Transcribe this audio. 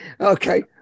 Okay